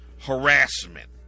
harassment